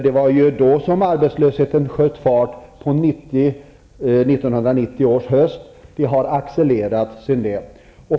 Det var ju då som arbetslösheten sköt fart, på hösten 1990. Den har accelererat sedan dess.